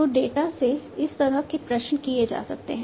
तो डेटा से इस तरह के प्रश्न किए जा सकते हैं